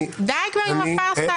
די כבר עם הפארסה הזאת.